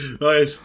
right